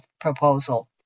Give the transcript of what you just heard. proposal